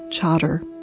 chatter